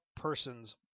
persons